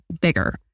bigger